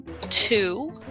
two